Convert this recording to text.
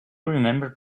remembered